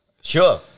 Sure